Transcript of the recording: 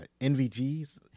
nvgs